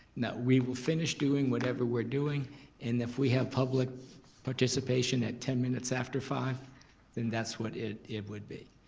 no, we will finish doing whatever we're doing and if we have public participation at ten minutes after five then that's what it it would be.